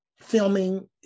filming